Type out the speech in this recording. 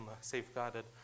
safeguarded